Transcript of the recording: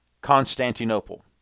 Constantinople